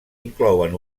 inclouen